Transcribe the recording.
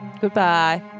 goodbye